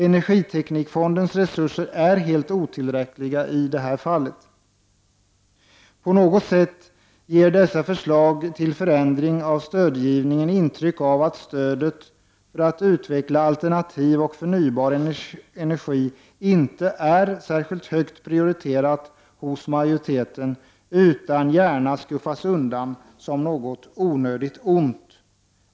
Energiteknikfondens resurser är helt otillräckliga i detta fall. På något sätt ger dessa förslag till förändring av stödgivningen intryck av att stödet, för att utveckla alternativ och förnybar energi, inte är särskilt högt prioriterat hos majoriteten utan gärna skuffas undan som något onödigt ont.